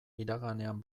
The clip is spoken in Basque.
iraganean